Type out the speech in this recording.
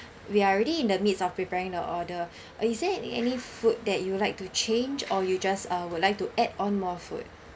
we are already in the midst of preparing the order uh is there any food that you would like to change or you just uh would like to add on more food